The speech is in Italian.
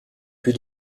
più